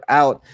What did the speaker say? out